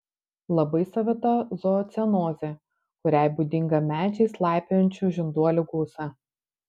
labai savita zoocenozė kuriai būdinga medžiais laipiojančių žinduolių gausa